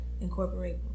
incorporate